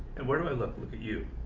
and where do i look look at you?